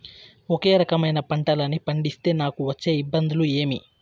ఒకే రకమైన పంటలని పండిస్తే నాకు వచ్చే ఇబ్బందులు ఏమి?